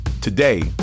Today